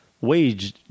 wage